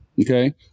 Okay